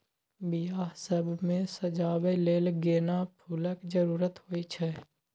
बियाह सब मे सजाबै लेल गेना फुलक जरुरत होइ छै